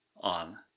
on